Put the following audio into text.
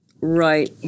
Right